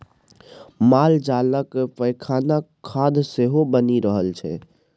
मालजालक पैखानाक खाद सेहो बनि रहल छै